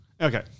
okay